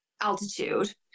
altitude